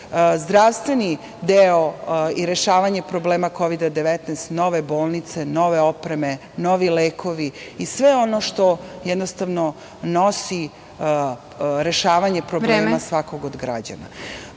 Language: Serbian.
zdravstveni deo i rešavanje problema Kovida 19, nove bolnice, nove opreme, novi lekovi i sve ono što nosi rešavanje problema svakog od